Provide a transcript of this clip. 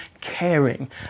caring